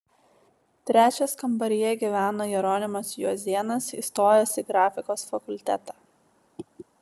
trečias kambaryje gyveno jeronimas juozėnas įstojęs į grafikos fakultetą